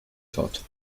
taught